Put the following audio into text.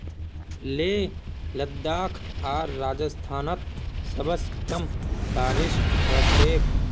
लेह लद्दाख आर राजस्थानत सबस कम बारिश ह छेक